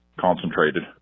concentrated